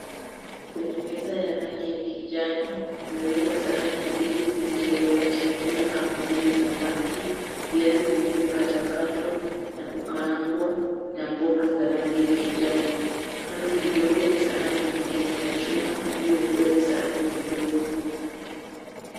Kwenye meza ya rangi ya kijani kumewekwa sahani mbili zilizowekwa chakula kama vile samaki, viazi vilivyokatwakatwa na kukaangwa na mboga za rangi ya kijani. Kando kidogo ni sahani nyingine ya chuma iliyowekewa visahani vidogo.